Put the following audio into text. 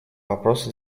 вопросу